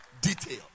Detail